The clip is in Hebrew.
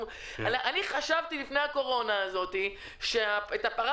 חשבתי לפני הקורונה הזאת שאת הפרה